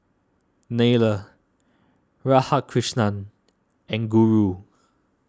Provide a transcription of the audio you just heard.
Neila Radhakrishnan and Guru